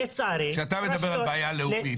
לצערי -- כשאתה מדבר על בעיה לאומית